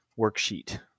worksheet